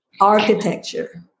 architecture